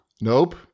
nope